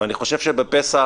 חושב שפסח,